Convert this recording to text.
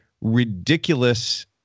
ridiculous